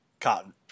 Cotton